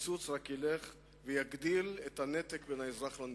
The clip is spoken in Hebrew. והקיצוץ רק ילך ויגדיל את הנתק בין האזרח למדינה.